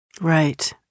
Right